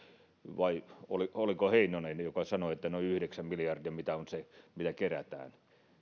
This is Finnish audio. vai oliko oliko heinonen joka sanoi noin yhdeksän miljardia on se mitä kerätään